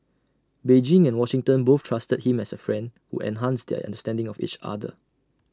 Beijing and Washington both trusted him as A friend who enhanced their understanding of each other